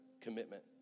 commitment